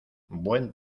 buen